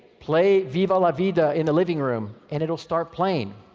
play viva lavida in the living room and it will start playing.